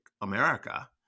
America